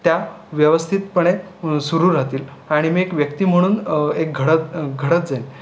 त्या व्यवस्थितपणे सुरू राहतील आणि मी एक व्यक्ती म्हणून एक घडत घडत जाईन